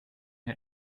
her